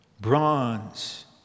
Bronze